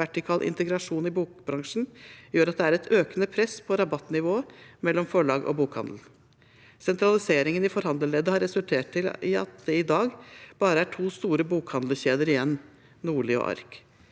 vertikal integrasjon i bokbransjen gjør at det er et økende press på rabattnivået mellom forlag og bokhandel. Sentraliseringen i forhandlerleddet har resultert i at det i dag bare er to store bokhandlerkjeder igjen, Norli og ARK.